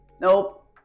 Nope